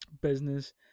business